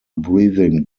breathing